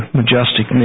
majestic